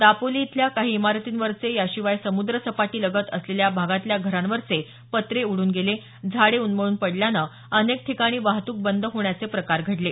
दापोली इथल्या काही इमारतींवरचे याशिवाय समुद्र सपाटी लगत असलेल्या भागातल्या घरांवरचे पत्रे उडून गेले झाडे उन्मळून पडल्यानं अनेक ठिकाणी वाहतूक बंद होण्याचे प्रकार घडले आहेत